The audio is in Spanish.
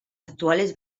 actuales